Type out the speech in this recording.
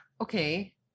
Okay